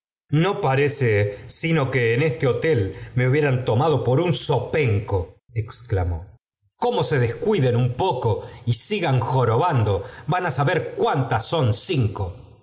no parece sino que en este hotel me hubie j j ran tomado por un zopenco exclamó cómo se descuiden un poco y sigan jorobando van á saber cuántas son cinco